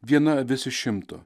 viena avis iš šimto